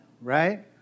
right